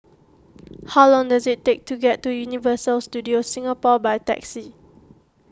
how long does it take to get to Universal Studios Singapore by taxi